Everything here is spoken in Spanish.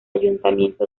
ayuntamiento